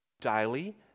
Daily